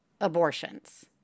abortions